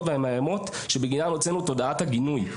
והמאיימות שבגינן הוצאנו את הודעת הגינוי".